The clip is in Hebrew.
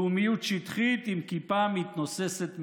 לאומיות שטחית עם כיפה מתנוססת מעליה.